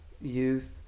youth